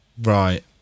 right